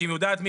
שהיא יודעת.